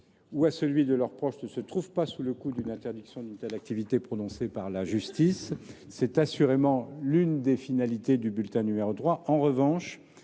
ou à celui de leurs proches ne se trouvent pas sous le coup d’une interdiction d’exercice prononcée par la justice. C’est assurément l’une des finalités du bulletin n° 3. Toutefois,